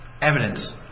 evidence